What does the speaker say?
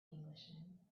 englishman